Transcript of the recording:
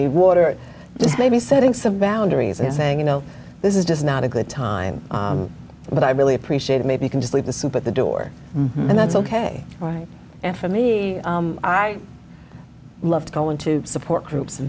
need water just maybe setting some boundaries and saying you know this is just not a good time but i really appreciate it maybe you can just leave the soup at the door and that's ok right and for me i loved going to support groups